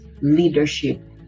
leadership